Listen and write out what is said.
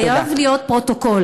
חייב להיות פרוטוקול.